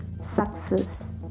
success